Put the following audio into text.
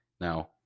Now